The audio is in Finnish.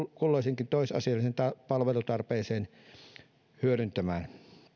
kulloiseenkin tosiasialliseen palvelutarpeeseen turvaamaan